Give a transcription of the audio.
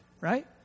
right